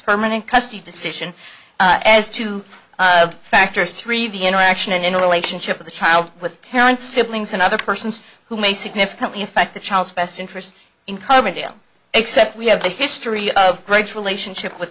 permanent custody decision as to factors three the interaction in the relationship of the child with parents siblings and other persons who may significantly affect the child's best interest in coverdale except we have the history of great relationship with